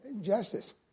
justice